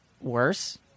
worse